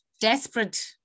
desperate